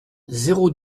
zéro